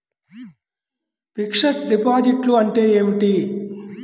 Fixed డిపాజిట్లు అంటే ఏమిటి?